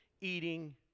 eating